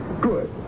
Good